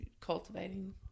cultivating